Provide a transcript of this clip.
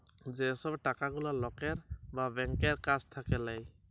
যে সব টাকা গুলা লকের বা ব্যাংকের কাছ থাক্যে লায়